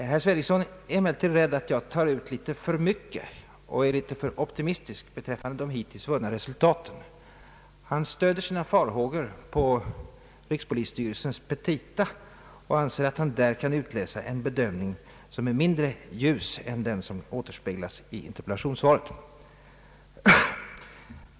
Herr Sveningsson är emellertid rädd att jag tar ut litet för mycket och är litet för optimistisk beträffande de hittills vunna resultaten. Han stöder sina farhågor på rikspolisstyrelsens petita och anser att han där kan utläsa en mindre ljus bedömning än den som återspeglas i interpellationssvaret.